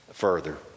Further